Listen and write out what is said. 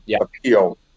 appeal